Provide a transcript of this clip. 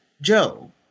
Joe